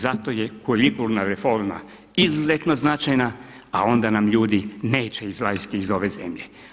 Zato je kurikulna reforma izuzetno značajna a onda nam ljudi neće izlaziti iz ove zemlje.